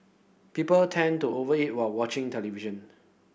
people tend to over eat while watching television